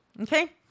Okay